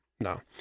no